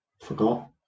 Forgot